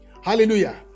Hallelujah